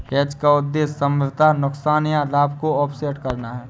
hedge का उद्देश्य संभावित नुकसान या लाभ को ऑफसेट करना है